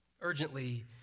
urgently